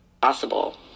possible